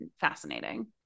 fascinating